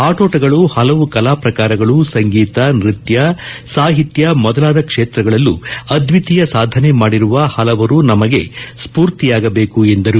ಆಟೋಟಗಳು ಹಲವು ಕಲಾಪ್ರಕಾರಗಳು ಸಂಗೀತ ನೃತ್ಯ ಸಾಹಿತ್ಯ ಮೊದಲಾದ ಕ್ಷೇತ್ರಗಳಲ್ಲೂ ಅದ್ಲಿತೀಯ ಸಾಧನೆ ಮಾಡಿರುವ ಹಲವರು ನಮಗೆ ಸ್ಲೂರ್ತಿಯಾಗಬೇಕು ಎಂದರು